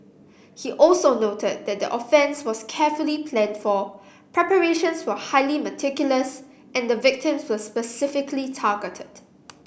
he also noted that the offence was carefully planned for preparations were highly meticulous and the victims were specifically targeted